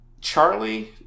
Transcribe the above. Charlie